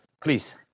please